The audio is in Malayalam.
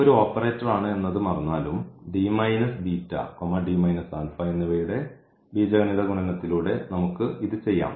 ഒരു ഓപ്പറേറ്ററാണ് എന്നത് മറന്നാലും എന്നിവയുടെ ബീജഗണിത ഗുണനത്തിലൂടെ നമുക്ക് ഇത് ചെയ്യാം